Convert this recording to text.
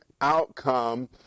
outcome